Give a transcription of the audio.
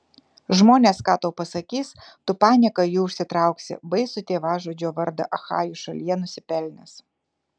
žmonės ką tau pasakys tu panieką jų užsitrauksi baisų tėvažudžio vardą achajų šalyje nusipelnęs